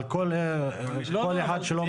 על כל אחד שלא מסכים?